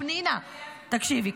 פנינה, תקשיבי.